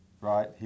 right